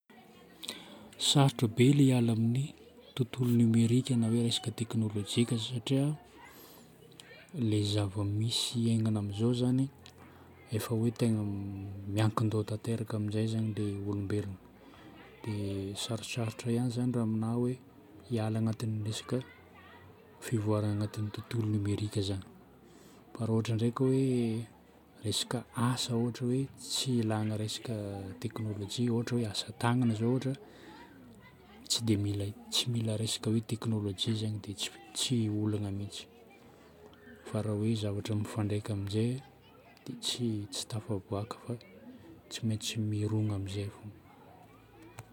Sarotra be ilay hiala amin'ny tontolo nomerika na hoe resaka teknôlôjika satria ilay zava-misy iainana amin'izao zagny efa hoe tegna miankin-doha tanteraka amin'izay zagny ilay olombelogna. Dia sarotsarotra ihany zagny raha amina hoe hiala agnatin'ny resaka fivoarana agnatin'ny tontolo nomerika zagny. Fa raha ôhatra ndraiky hoe resaka asa ohatra hoe tsy ilana resaka teknôlôjia ohatra hoe asa tagnana zao ohatra, tsy dia mila, tsy mila resaka hoe teknôlôjia zagny dia tsy olagna mihitsy. Fa raha hoe zavatra mifandraika amin'izay, dia tsy, tsy tafavoaka fa tsy maintsy mirona amin'izay fôgna.